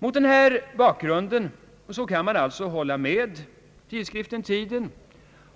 Mot denna bakgrund kan man alltså hålla med tidskriften Tiden